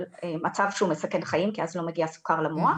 על מצב שהוא מסכן חיים כי אז לא מגיע סוכר למוח.